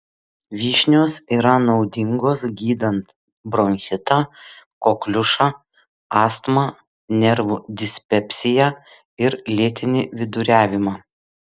vyšnios yra naudingos gydant bronchitą kokliušą astmą nervų dispepsiją ir lėtinį viduriavimą